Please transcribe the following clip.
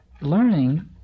learning